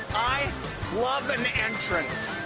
i love an entrance.